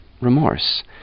remorse